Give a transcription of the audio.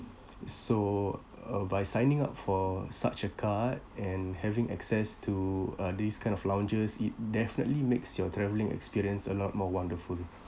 so uh by signing up for such a card and having access to uh these kind of lounges it definitely makes your travelling experience a lot more wonderful